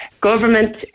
Government